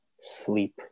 sleep